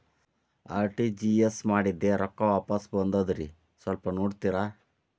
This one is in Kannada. ಆರ್.ಟಿ.ಜಿ.ಎಸ್ ಮಾಡಿದ್ದೆ ರೊಕ್ಕ ವಾಪಸ್ ಬಂದದ್ರಿ ಸ್ವಲ್ಪ ನೋಡ್ತೇರ?